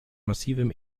massivem